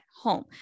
home